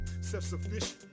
self-sufficient